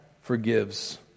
forgives